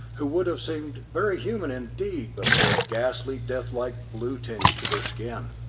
who would have seemed very human indeed, but for a ghastly, death-like blue tinge to their skin.